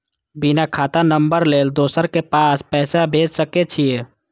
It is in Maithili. बिना खाता नंबर लेल दोसर के पास पैसा भेज सके छीए?